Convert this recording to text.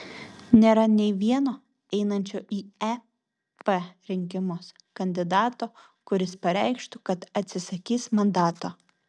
nėra nei vieno einančio į ep rinkimus kandidato kuris pareikštų kad atsisakys mandato